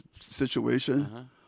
situation